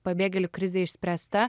pabėgėlių krizė išspręsta